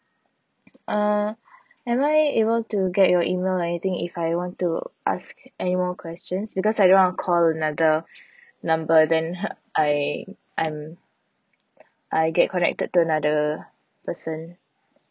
uh am I able to get your email or anything if I want to ask any more questions because I don't want to call another number then I I'm I get connected to another person